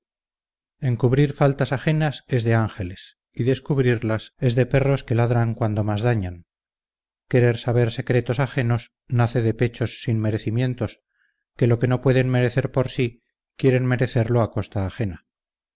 encubrir faltas ajenas es de ángeles y descubrirlas es de perros que ladran cuando más dañan querer saber secretos ajenos nace de pechos sin merecimientos que lo que no pueden merecer por sí quieren merecerlo a costa ajena